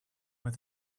with